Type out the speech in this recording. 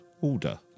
Order